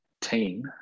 team